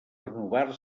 renovar